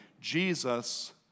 Jesus